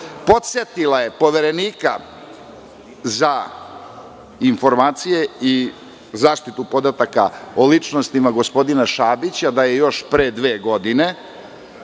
podsetila je Poverenika za informacije i zaštitu podataka o ličnostima, gospodina Šabića, da je još pre dve godine